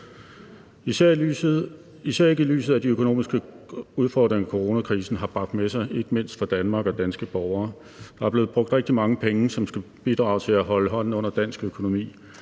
især ikke i lyset af de økonomiske udfordringer, coronakrisen har bragt med sig, ikke mindst for Danmark og danske borgere. Der er blevet brugt rigtig mange penge, som skal bidrage til at holde hånden under dansk økonomi.